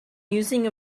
using